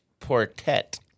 Portet